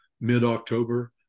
mid-October